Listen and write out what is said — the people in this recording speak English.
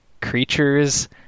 creatures